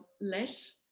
less